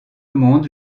monde